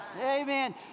Amen